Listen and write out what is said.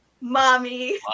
Mommy